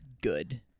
good